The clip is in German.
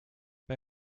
bei